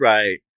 Right